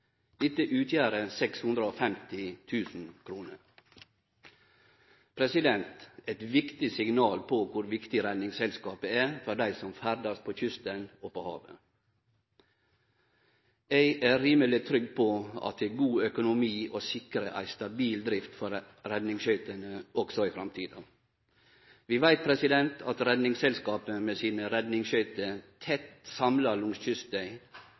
Dette utgjer 650 000 kr – og er eit viktig signal om kor viktig Redningsselskapet er for dei som ferdast på kysten og på havet. Eg er rimeleg trygg på at det er god økonomi å sikre ei stabil drift for redningsskøytene også i framtida. Vi veit at Redningsselskapet, med sine redningsskøyter tett samla langs kysten,